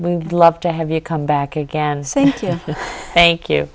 we love to have you come back again say thank you